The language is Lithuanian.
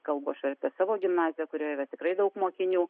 kalbu aš ir apie savo gimnaziją kurioje yra tikrai daug mokinių